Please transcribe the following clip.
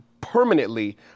permanently